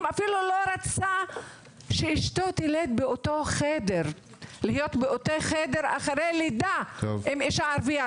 אפילו לא רצה שאשתו תהיה באותו חדר אחרי לידה עם אישה ערבייה.